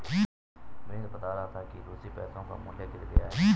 विनीत बता रहा था कि रूसी पैसों का मूल्य गिर गया है